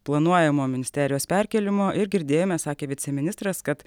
planuojamo ministerijos perkėlimo ir girdėjome sakė viceministras kad